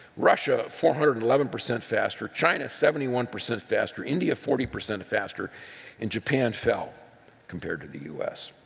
russia four hundred and eleven percent faster, china, seventy one percent faster, india forty one percent faster and japan fell compared to the u s.